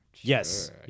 Yes